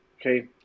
Okay